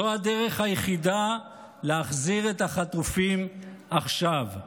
זו הדרך היחידה להחזיר את החטופים עכשיו,